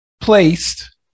placed